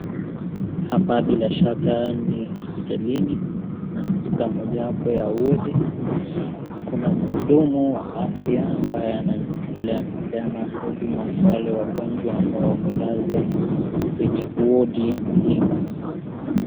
Hapa bila shaka ni hospitalini na katika moja wapo ya wodi, kuna mhudumu wa afya ambaye anaendelea kupeana huduma kwa wale wagonjwa ambao wamelazwa kwenye wodi hii.